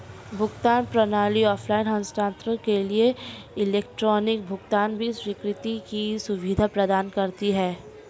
भुगतान प्रणाली ऑफ़लाइन हस्तांतरण के लिए इलेक्ट्रॉनिक भुगतान की स्वीकृति की सुविधा प्रदान करती है